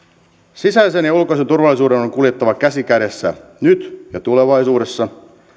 sisäisen ja ulkoisen turvallisuuden on on kuljettava käsi kädessä nyt ja tulevaisuudessa